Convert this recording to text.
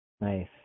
Nice